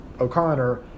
O'Connor